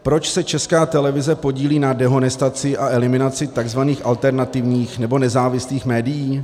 Proč se Česká televize podílí na dehonestaci a eliminaci tzv. alternativních nebo nezávislých médií?